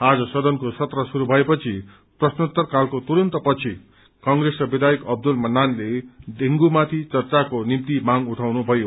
आज सदनको सत्र शुरू भएपछि प्रश्नोत्तर कालको तुरन्त पछि कप्रेसका विधायक अब्दुत मन्नाले डेंगूमाथि चर्चाको निम्ति मांग उठाउनुथयो